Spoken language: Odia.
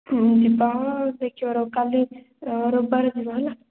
ହୁଁ ଯିବା ଆଉ ଦେଖିବା ରହ କାଲି ରବିବାର ଯିବା ହେଲା